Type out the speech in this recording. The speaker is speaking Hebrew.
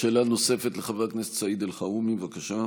שאלה נוספת, לחבר הכנסת סעיד אלחרומי, בבקשה.